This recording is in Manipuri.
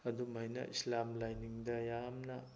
ꯑꯗꯨꯝꯍꯥꯏꯅ ꯏꯁꯂꯥꯝ ꯂꯥꯏꯅꯤꯡꯗ ꯌꯥꯝꯅ